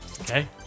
okay